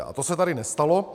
A to se tady nestalo.